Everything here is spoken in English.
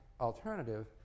alternative